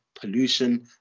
pollution